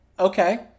Okay